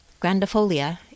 grandifolia